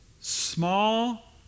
Small